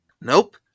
Nope